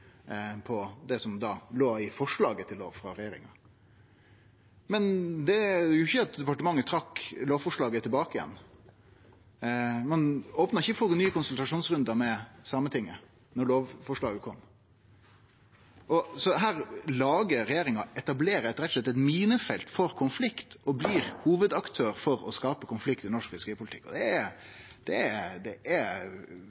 det som låg i forslaget til lov frå regjeringa. Men det førte ikkje til at departementet trekte lovforslaget tilbake, ein opna ikkje for nye konsultasjonsrundar med Sametinget da lovforslaget kom. Her etablerer regjeringa rett og slett eit minefelt for konflikt og blir hovudaktør for å skape konflikt i norsk fiskeripolitikk, og det